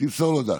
תמסור לו ד"ש.